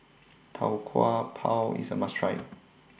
Tau Kwa Pau IS A must Try